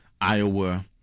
Iowa